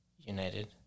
United